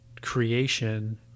creation